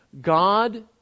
God